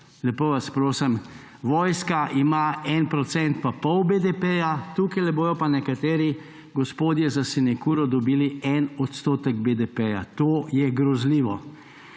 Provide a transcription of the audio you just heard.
lepo vas prosim! Vojska ima 1,5 procenta BDP-ja, tukajle bodo pa nekateri gospodje za sinekuro dobili en procent BDP-ja. To je grozljivo.